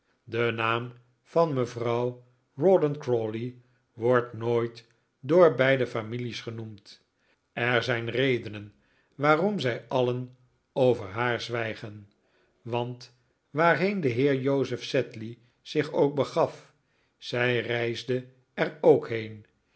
de naam van mevrouw rawdon crawley wordt nooit door beide families genoemd er zijn redenen waarom zij alien over haar zwijgen want waarheen de heer joseph sedley zich ook begaf zij reisde er ook heen